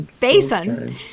Basin